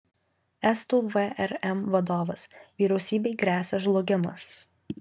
estų vrm vadovas vyriausybei gresia žlugimas